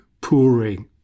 pouring